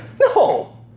No